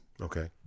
okay